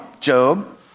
Job